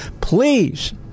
Please